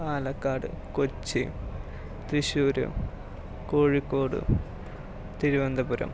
Palakkad Kochi Thrissur Kozhikode Thiruvananthapuram